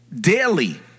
daily